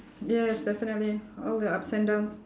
yes definitely all the ups and downs